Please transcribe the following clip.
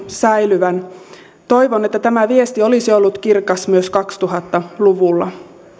säilyvän toivon että tämä viesti olisi ollut kirkas myös kaksituhatta luvulla